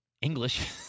English